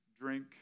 drink